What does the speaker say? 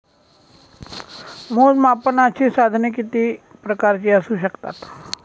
मोजमापनाची साधने किती प्रकारची असू शकतात?